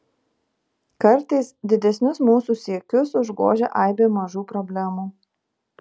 kartais didesnius mūsų siekius užgožia aibė mažų problemų